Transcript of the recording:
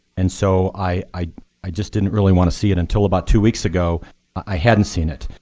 and so i i just didn't really want to see it until about two weeks ago i hadn't seen it.